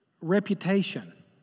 reputation